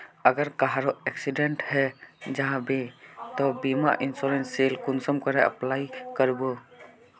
अगर कहारो एक्सीडेंट है जाहा बे तो बीमा इंश्योरेंस सेल कुंसम करे अप्लाई कर बो?